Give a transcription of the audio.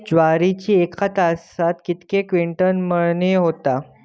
ज्वारीची एका तासात कितके क्विंटल मळणी होता?